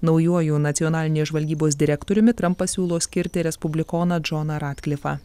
naujuoju nacionalinės žvalgybos direktoriumi trampas siūlo skirti respublikoną džoną radklifą